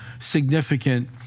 significant